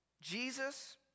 Jesus